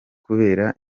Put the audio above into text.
kubera